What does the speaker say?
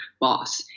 boss